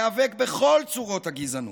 להיאבק בכל צורות הגזענות,